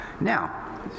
Now